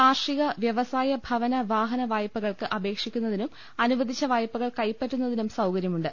കാർഷിക വ്യവസായ ഭവന വാഹന വായ്പകൾക്ക് അപേക്ഷിക്കുന്നതിനും അനുവദിച്ച വായ്പകൾ കൈപ്പറ്റുന്നതിനും സൌകര്യമുണ്ട്